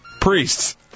Priests